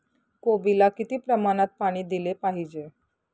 कोबीला किती प्रमाणात पाणी दिले पाहिजे?